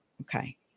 Okay